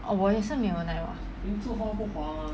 我也是没有 night [what]